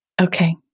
Okay